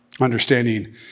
Understanding